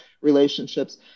relationships